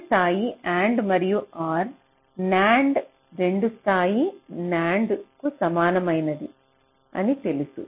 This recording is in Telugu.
2 స్థాయి AND మరియు OR NAND 2 స్థాయి NAND కు సమానమైనది తెలుసు